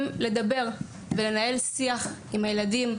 לדבר על הנושא הזה ולנהל שיח עם הילדים.